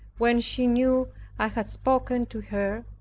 when she knew i had spoken to her,